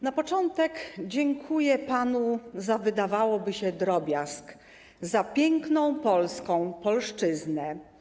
Na początek dziękuję panu za, wydawałoby się, drobiazg: za piękną polszczyznę.